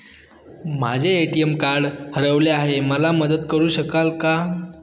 माझे ATM card हरवले आहे, मला मदत करु शकाल का?